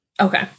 Okay